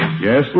Yes